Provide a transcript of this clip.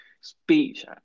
speech